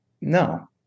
no